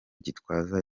gitwaza